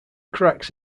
cracks